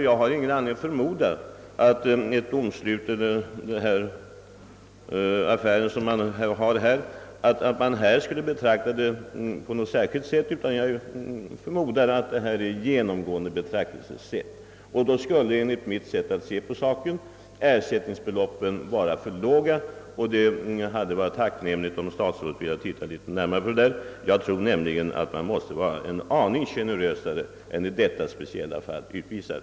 Jag har ingen anledning att förmoda att just detta fall skulle betraktas på något särskilt sätt utan antar att det är fråga om ett genomgående betraktelsesätt. Enligt mitt sätt att se skulle därmed ersättningsbeloppen vara för låga. Det hade varit tacknämligt, om statsrådet velat studera saken litet närmare, Jag tror nämligen att man måste vara en aning generösare än detta speciella fall utvisar.